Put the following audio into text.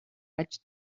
vaig